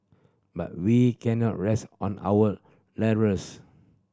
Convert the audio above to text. but we cannot rest on our laurels